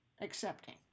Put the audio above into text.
accepting